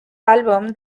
album